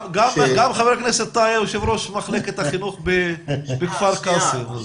גם חבר הכנסת טאהא הוא יושב-ראש מחלקת החינוך בכפר קאסם.